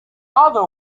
other